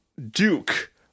Duke